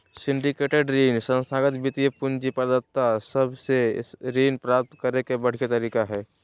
syndicated ऋण संस्थागत वित्तीय पूंजी प्रदाता सब से ऋण प्राप्त करे के बढ़िया तरीका हय